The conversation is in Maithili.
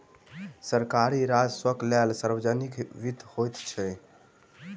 सरकारी राजस्वक लेल सार्वजनिक वित्त होइत अछि